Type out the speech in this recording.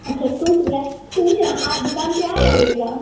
अच्छा टूट गया सुनिए न आप दुकान पर आ जाइएगा